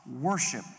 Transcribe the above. worship